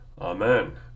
Amen